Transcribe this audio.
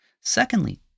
Secondly